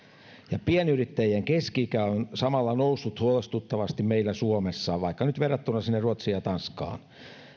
ja pienyrittäjien keski ikä on samalla noussut huolestuttavasti meillä suomessa vaikka nyt verrattuna sinne ruotsiin ja tanskaan